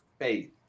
faith